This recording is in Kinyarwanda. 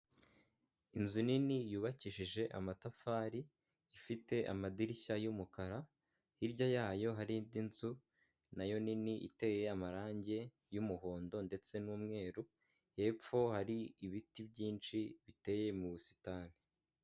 Inzu nini yubakishije amatafari ifite amadirishya y'umukara, hirya yayo hari indi nzu nayo nini iteye amarange y'umuhondo ndetse n'umweru, hepfo hari ibiti byinshi biteye mu busitani.